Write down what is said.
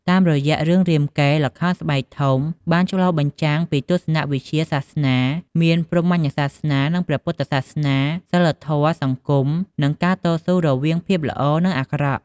តាមរយៈរឿងរាមកេរ្តិ៍ ល្ខោនស្បែកធំបានឆ្លុះបញ្ចាំងពីទស្សនវិជ្ជាសាសនា មាន ព្រហ្មញ្ញសាសនា និងព្រះពុទ្ធសាសនា សីលធម៌ សង្គម និងការតស៊ូរវាងភាពល្អ និងអាក្រក់។